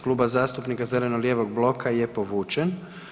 Kluba zastupnika zeleno-lijevog bloka, je povučen.